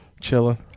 chilling